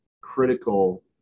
critical